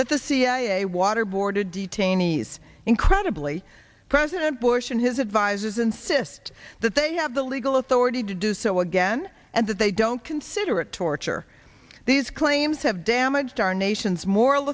that the cia water boarded detainees incredibly president bush and his advisers insist that they have the legal authority to do so again and that they don't consider it torture these claims have damaged our nation's moral